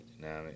Now